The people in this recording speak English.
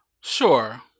Sure